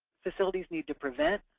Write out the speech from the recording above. facilities need to prevent,